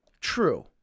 True